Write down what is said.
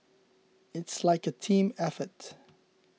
it's like a team effort